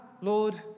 Lord